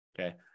Okay